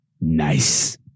Nice